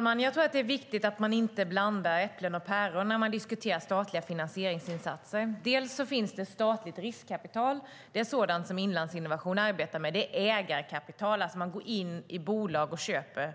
Herr talman! Det är viktigt att inte blanda äpplen och päron när man diskuterar statliga finansieringsinsatser. Det finns statligt riskkapital. Det är sådant som Inlandsinnovation arbetar med. Det är ägarkapital; man går in i bolag och köper